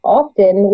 often